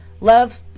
love